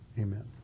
Amen